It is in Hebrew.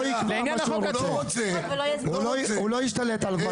לא נכנס מתמודד עם 50 קולות,